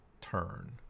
turn